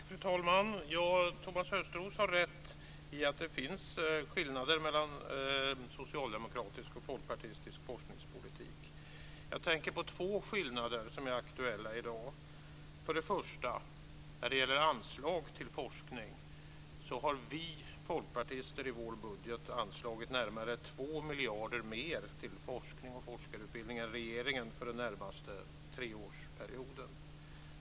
Fru talman! Thomas Östros har rätt i att det finns skillnader mellan socialdemokratisk och folkpartistisk forskningspolitik. Jag tänker på två skillnader som är aktuella i dag. För det första har vi folkpartister när det gäller anslag till forskning anslagit närmare 2 miljarder mer till forskning och forskarutbildning i vår budget än regeringen för den närmaste treårsperioden.